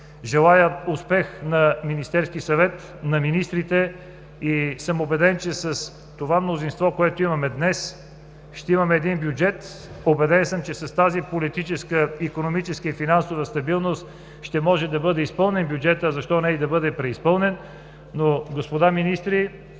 Желая успех на Министерския съвет, на министрите и съм убеден, че с това мнозинство, което имаме днес, ще имаме бюджет! Убеден съм, че с тази политическа, икономическа и финансова стабилност ще може да бъде изпълнен бюджетът, а защо не и да бъде преизпълнен? Господа министри,